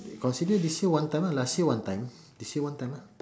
consider this year one time lah last year one time this year one time lah